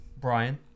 Brian